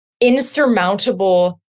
insurmountable